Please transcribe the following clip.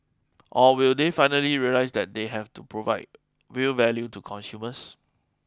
or will they finally realise that they have to provide real value to consumers